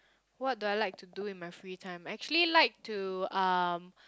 what do I like to do in my free time I actually like to um